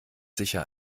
sicher